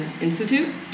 Institute